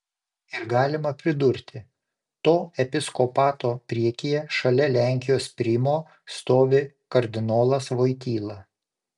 ir galima pridurti to episkopato priekyje šalia lenkijos primo stovi kardinolas voityla